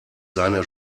seine